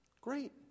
Great